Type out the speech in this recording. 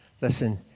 Listen